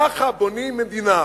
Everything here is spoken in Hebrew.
ככה בונים מדינה.